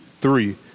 three